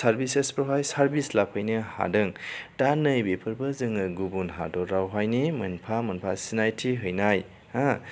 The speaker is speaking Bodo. सारभिसिसफ्रावहाय सारभिस लाफैनो हादों दा नैबेफोरबो जोङो गुबुन हादरावहायनि मोनफा मोनफा सिनायथि हैनाय हा